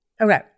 Okay